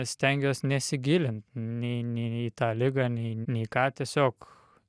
stengiuos nesigilint nei nei į tą ligą nei nei ką tiesiog